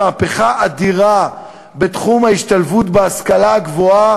מהפכה אדירה בתחום ההשתלבות בהשכלה הגבוהה